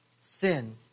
sin